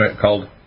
called